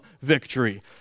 victory